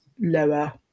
lower